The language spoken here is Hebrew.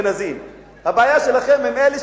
הבעיה שלכם עם האשכנזים.